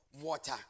water